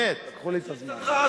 לקחו לי את הזמן.